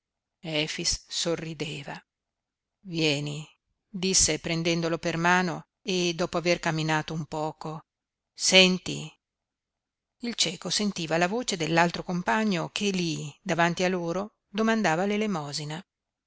sorrideva vieni disse prendendolo per mano e dopo aver camminato un poco senti il cieco sentiva la voce dell'altro compagno che lí davanti a loro domandava